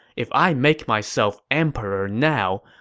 if i make myself emperor now,